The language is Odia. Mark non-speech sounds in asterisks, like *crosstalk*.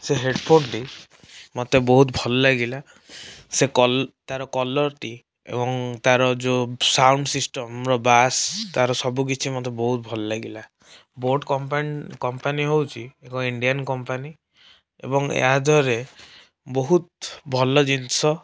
ସେ ହେଡ଼ଫୋନ୍ ଟି ମୋତେ ବହୁତ ଭଲ ଲାଗିଲା ସେ କଲ ତାର କଲରଟି ଏବଂ ତାର ଯେଉଁ ସାଉଣ୍ଡ ସିଷ୍ଟମ *unintelligible* ବାସ ତାର ସବୁକିଛି ମୋତେ ବହୁତ ଭଲଲାଗିଲା ବୋଟ କମ୍ପାନୀ କମ୍ପାନୀ ହେଉଛି ଏକ ଇଣ୍ଡିଆନ କମ୍ପାନୀ ଏବଂ ଏହା ଦେହେରେ ବହୁତ ଭଲ ଜିନିଷ